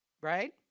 right